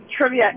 trivia